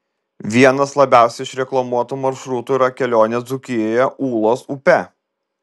vienas labiausiai išreklamuotų maršrutų yra kelionė dzūkijoje ūlos upe